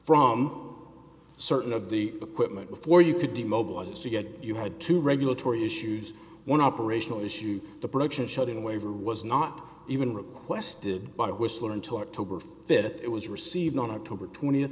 from certain of the equipment before you could be mobilized to get you had to regulatory issues one operational issue the production shutting waiver was not even requested by whistler until october fifth it was received on october twent